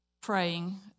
praying